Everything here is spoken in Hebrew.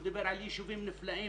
והוא דיבר על יישובים נפלאים,